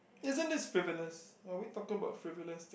isn't this frivolous are we talking about frivolous thing